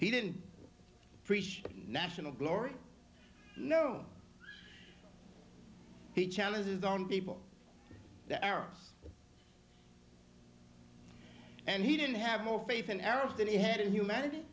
he didn't preach national glory no he challenged his own people the arabs and he didn't have more faith in arabs than he had in humanity